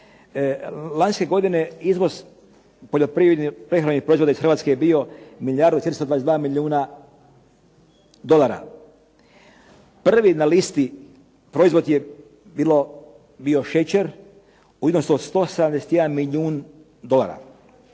lanjske godine izvoz poljoprivrednih prehrambenih proizvoda iz Hrvatske je bio milijardu 322 milijuna dolara. Prvi na listi proizvod je bio šećer u iznosu od 171 milijun dolara.